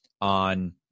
on